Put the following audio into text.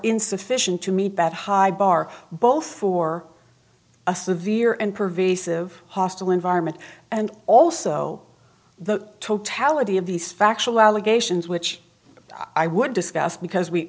insufficient to meet that high bar both for a severe and pervasive hostile environment and also the totality of these factual allegations which i would discuss because we